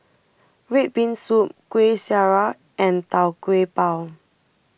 Red Bean Soup Kueh Syara and Tau Kwa Pau